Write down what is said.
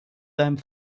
deinem